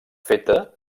feta